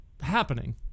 happening